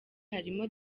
harimo